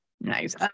Nice